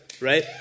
Right